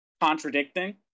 contradicting